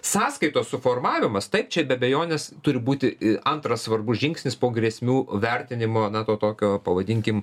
sąskaitos suformavimas taip čia be abejonės turi būti antras svarbus žingsnis po grėsmių vertinimo na to tokio pavadinkim